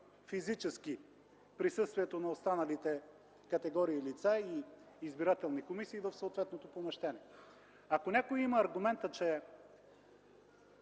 физически присъствието на останалите категории лица и избирателни комисии в съответното помещение. Ако някой има аргумент, че